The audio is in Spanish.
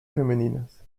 femeninas